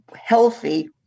healthy